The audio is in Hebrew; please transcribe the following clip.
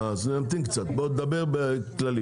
אה אז נמתין קצת, בוא תדבר בכללי.